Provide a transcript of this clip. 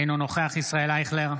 אינו נוכח ישראל אייכלר,